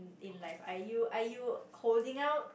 in life are you are you holding out